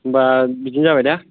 होमब्ला बिदिनो जाबाय दे